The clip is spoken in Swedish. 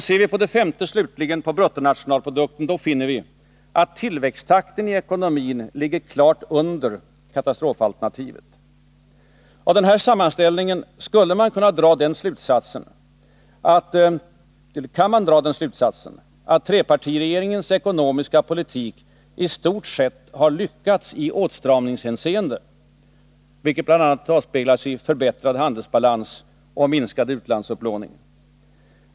Ser vi för det femte slutligen på bruttonationalprodukten, finner vi att tillväxttakten i ekonomin ligger klart under katastrofalternativet. Av den här sammanställningen kan man dra den slutsatsen att trepartiregeringens ekonomiska politik i stort sett lyckats i åtstramningshänseende, vilket bl.a. avspeglas i förbättrad handelsbalans och minskad utlandsupplåning.